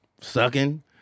sucking